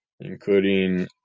including